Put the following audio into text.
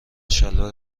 شلوار